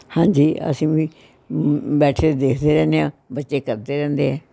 ਹਾਂਜੀ ਅਸੀਂ ਵੀ ਬੈਠੇ ਦੇਖਦੇ ਰਹਿੰਦੇ ਹਾਂ ਬੱਚੇ ਕਰਦੇ ਰਹਿੰਦੇ ਆ